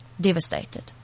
devastated